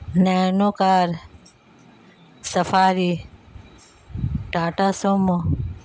nano car safari Tata sumo